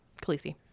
Khaleesi